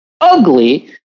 ugly